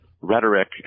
rhetoric